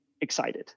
excited